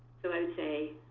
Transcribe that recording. so i would say,